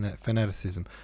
fanaticism